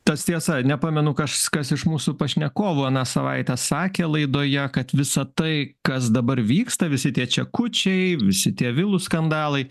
tas tiesa nepamenu kažkas iš mūsų pašnekovų aną savaitę sakė laidoje kad visa tai kas dabar vyksta visi tie čekučiai visi tie vilų skandalai